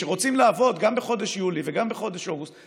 שרוצים לעבוד גם בחודש יולי וגם בחודש אוגוסט,